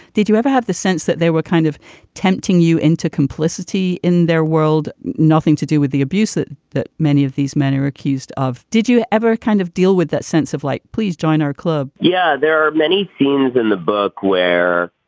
did you ever have the sense that they were kind of tempting you into complicity in their world. nothing to do with the abuse that that many of these men are accused of. did you ever kind of deal with that sense of like please join our club yeah. there are many themes in the book where